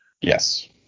Yes